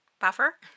buffer